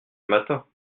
matin